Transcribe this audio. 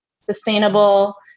sustainable